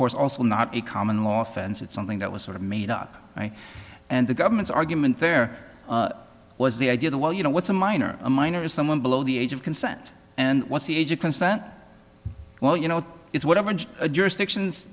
course also not a common law fence it's something that was sort of made up and the government's argument there was the idea that well you know what's a minor a minor is someone below the age of consent and what's the age of consent well you know it's whatever jurisdictions